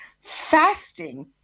fasting